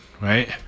Right